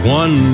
one